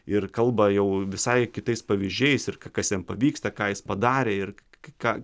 ir kalba jau visai kitais pavyzdžiais ir kas jam pavyksta ką jis padarė ir ką